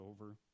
over